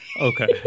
Okay